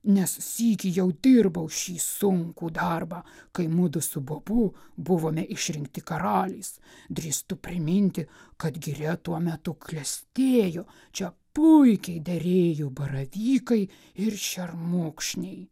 nes sykį jau dirbau šį sunkų darbą kai mudu su bobu buvome išrinkti karaliais drįstu priminti kad giria tuo metu klestėjo čia puikiai derėjo baravykai ir šermukšniai